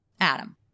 Adam